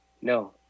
No